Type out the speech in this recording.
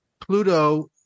Pluto